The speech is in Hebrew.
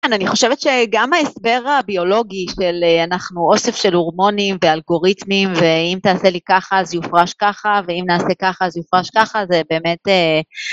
אני חושבת שגם ההסבר הביולוגי של אנחנו אוסף של הורמונים ואלגוריתמים ואם תעשה לי ככה אז יופרש ככה ואם נעשה ככה אז יופרש ככה זה באמת...